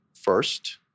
first